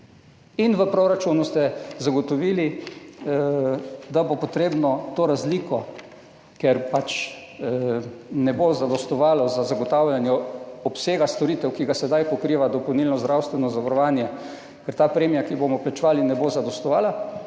In v proračunu ste zagotovili, da bo treba to razliko, ker pač ne bo zadostovalo za zagotavljanje obsega storitev, ki ga sedaj pokriva dopolnilno zdravstveno zavarovanje, ker ta premija, ki jo bomo plačevali, ne bo zadostovala,